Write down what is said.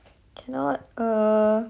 cannot uh